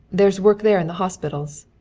there's work there in the hospitals.